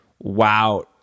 wow